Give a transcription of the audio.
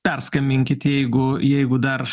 perskambinkit jeigu jeigu dar